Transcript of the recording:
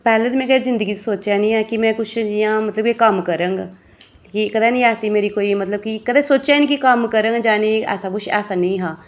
पैह्लें ते में कदें जिंदगी च सोचेआ निं हा की में कुछ जि'यां मतलव कि एह् कम्म करङ कि कदें निं मेरी ऐसी कोई मतलब कदें सोचेआ ई नेईं कि कम्म करङ जां नेईं ऐसा कुछ ऐसा नेईं हा